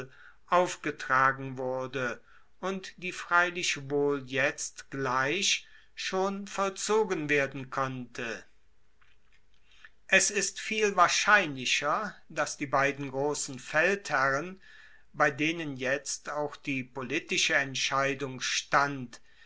aufgetragen wurde und die freilich wohl jetzt gleich schon vollzogen werde konnte es ist viel wahrscheinlicher dass die beiden grossen feldherren bei denen jetzt auch die politische entscheidung stand